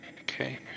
Okay